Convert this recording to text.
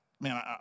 man